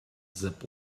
zip